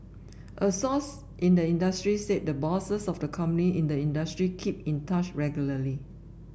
a source in the industry said the bosses of the company in the industry keep in touch regularly